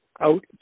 out